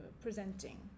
presenting